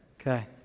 Okay